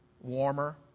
warmer